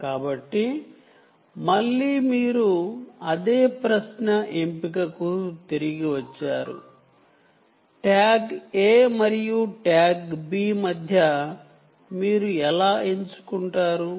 కాబట్టి మళ్ళీ మీరు అదే ప్రశ్న కు తిరిగి వచ్చారు ట్యాగ్ ఎ మరియు ట్యాగ్ బి మధ్య మీరు ఎలా ఎంచుకుంటారు